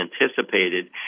anticipated